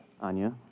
Anya